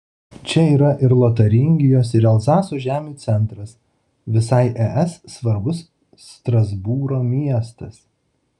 čia yra ir lotaringijos ir elzaso žemių centras visai es svarbus strasbūro miestas